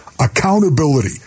Accountability